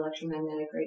electromagnetic